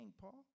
Paul